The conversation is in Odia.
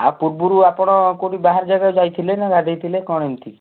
ଏହା ପୂର୍ବରୁ ଆପଣ କୋଉଠି ବାହାର ଜାଗାକୁ ଯାଇଥିଲେ ନା ଗାଧୋଇଥିଲେ କ'ଣ ଏମିତି